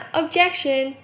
objection